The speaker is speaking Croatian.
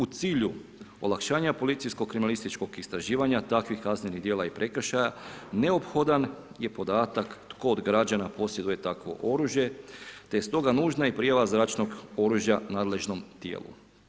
U cilju olakšanja policijsko-kriminalističkog istraživanja takvih kaznenih djela i prekršaja neophodan je podatak koliko građana posjeduje takvo oružje te je stoga nužna i prijava zračnog oružja nadležnom tijelu.